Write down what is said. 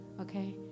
Okay